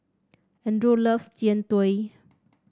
Andrew loves Jian Dui